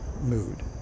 mood